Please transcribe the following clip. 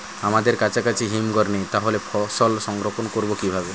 আমাদের কাছাকাছি হিমঘর নেই তাহলে ফসল সংগ্রহ করবো কিভাবে?